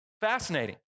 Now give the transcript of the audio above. Fascinating